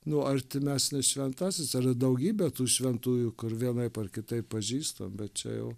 nu artimesnis šventasis yra daugybė tų šventųjų kur vienaip ar kitaip pažįstam bet čia jau